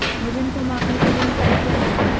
वजन को मापने के लिए इकाई क्या है?